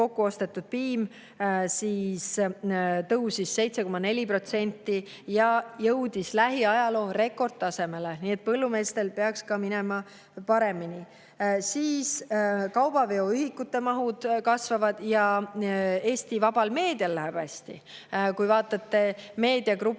kokku ostetud piima [kogus] tõusis 7,4% ja jõudis lähiajaloo rekordtasemele, nii et põllumeestel peaks ka minema paremini. Kaubaveoühikute mahud kasvavad ja Eesti vabal meedial läheb hästi. Kui vaatate meediagruppide